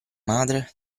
madre